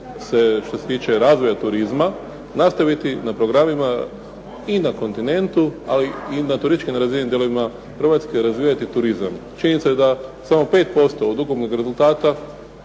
što se tiče razvoja turizma nastaviti na programima i na kontinentu, ali i na turističkim nerazvijenim dijelovima Hrvatske razvijati turizam. Činjenica je da samo 5% od ukupnog rezultata